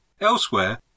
Elsewhere